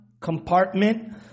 compartment